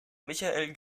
michael